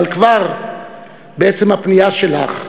אבל כבר עצם הפנייה שלך,